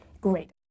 great